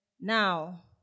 Now